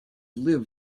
liv